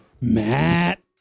Matt